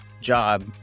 job